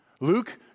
Luke